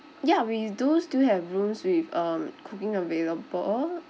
ya we do still have rooms with um cooking available